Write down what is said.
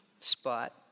spot